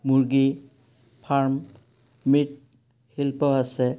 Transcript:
মুৰ্গী ফাৰ্ম মৃৎশিল্প আছে